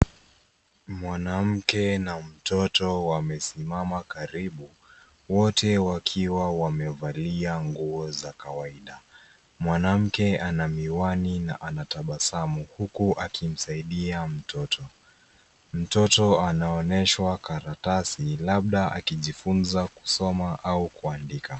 Mwanamke na mtoto wamesimama karibu, wote wakiwa wamevalia nguo za kawaida. Mwanamke ana miwani na anatabasamu huku akimsaidia mtoto. Mtoto anaoneshwa karatasi, labda akijifunza kusoma au kuandika.